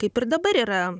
kaip ir dabar yra